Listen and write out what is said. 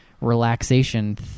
relaxation